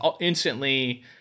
instantly